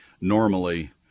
normally